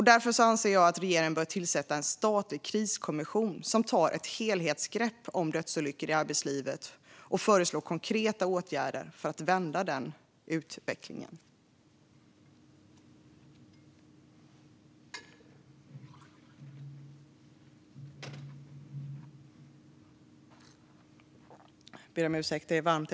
Därför anser jag att regeringen bör tillsätta en statlig kriskommission som tar ett helhetsgrepp om dödsolyckor i arbetslivet och föreslår konkreta åtgärder för att vända utvecklingen.